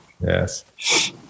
yes